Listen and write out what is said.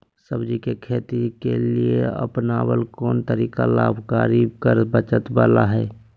सब्जी के खेती के लिए अपनाबल कोन तरीका लाभकारी कर बचत बाला है?